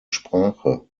sprache